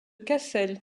cassel